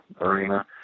arena